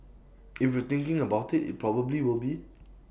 if you're thinking about IT it probably will be